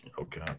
Okay